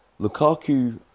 Lukaku